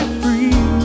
free